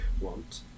want